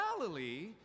Galilee